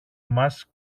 μας